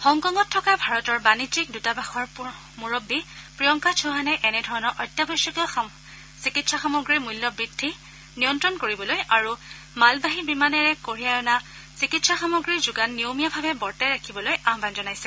হংকঙত থকা ভাৰতৰ বাণিজ্যিক দৃতাবাসৰ মূৰববী প্ৰিয়ংকা চৌহানে এনে ধৰণৰ অত্যাৱশ্যকীয় চিকিৎসা সামগ্ৰীৰ মূল্য বৃদ্ধি নিয়ন্ত্ৰণ কৰিবলৈ আৰু মালবাহী বিমানেৰে কঢ়িয়াই অনা চিকিৎসা সামগ্ৰীৰ যোগান নিয়মীয়া ভাৱে বৰ্তাই ৰাখিবলৈ আহ্য়ন জনাইছে